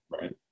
right